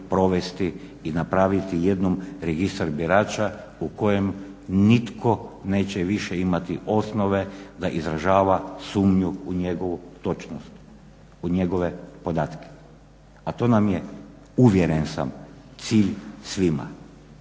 i napraviti jednom registar birača u kojem nitko neće više imati osnove da izražava sumnju u njegovu točnost, u njegove podatke a to nam je uvjeren sam cilj svima